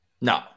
No